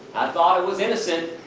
thought it was innocent.